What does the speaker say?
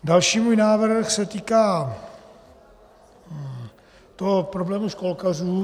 Další můj návrh se týká toho problému školkařů.